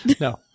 No